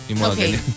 Okay